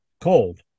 cold